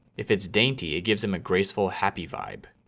if it's dainty, it gives them a graceful, happy vibe.